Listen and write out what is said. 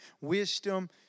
wisdom